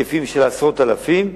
בהיקפים של עשרות אלפים,